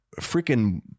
freaking